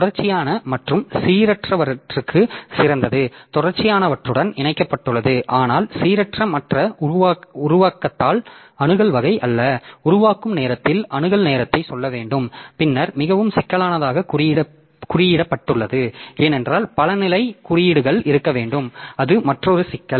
தொடர்ச்சியான மற்றும் சீரற்றவற்றுக்கு சிறந்தது தொடர்ச்சியானவற்றுடன் இணைக்கப்பட்டுள்ளது ஆனால் சீரற்ற மற்றும் உருவாக்கத்தில் அணுகல் வகை அல்ல உருவாக்கும் நேரத்தில் அணுகல் நேரத்தைச் சொல்ல வேண்டும் பின்னர் மிகவும் சிக்கலானதாக குறியிடப்பட்டுள்ளது ஏனென்றால் பல நிலை குறியீடுகள் இருக்க வேண்டும் அது மற்றொரு சிக்கல்